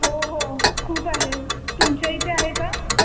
हो हो खूप आहे तुमच्या इथे आहे का